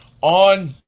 on